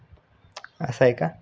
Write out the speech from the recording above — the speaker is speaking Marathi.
असं आहे का